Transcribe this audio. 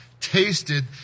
Tasted